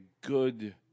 good